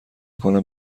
کنم